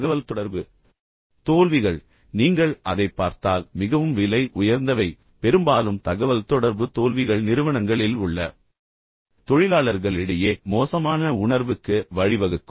தகவல் தொடர்பு தோல்விகள் நீங்கள் அதைப் பார்த்தால் மிகவும் விலை உயர்ந்தவை பெரும்பாலும் தகவல்தொடர்பு தோல்விகள் நிறுவனங்களில் உள்ள தொழிலாளர்களிடையே மோசமான உணர்வுக்கு வழிவகுக்கும்